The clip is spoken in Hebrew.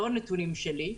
לא נתונים שלי,